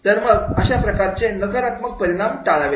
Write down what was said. तर मग अशा प्रकारचे नकारात्मक परिणाम टाळावेत